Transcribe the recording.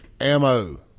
ammo